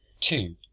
two